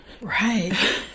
Right